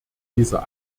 dieser